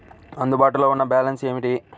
అందుబాటులో ఉన్న బ్యాలన్స్ ఏమిటీ?